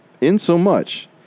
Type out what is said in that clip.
Insomuch